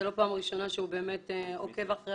זו לא פעם ראשונה שהוא באמת עוקב אחרי